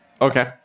okay